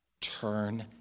Turn